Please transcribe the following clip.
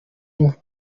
inkwi